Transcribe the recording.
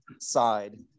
side